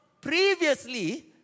previously